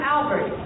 Albert